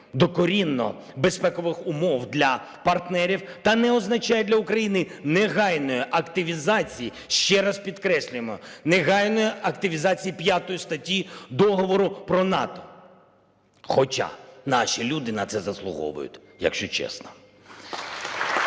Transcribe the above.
докорінно безпекових умов для партнерів та не означає для України негайної активізації, ще раз підкреслюємо, негайної активізації 5 статті Договору про НАТО. Хоча наші люди на це заслуговують, якщо чесно. (Оплески)